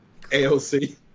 AOC